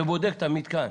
ובודק את המתקן,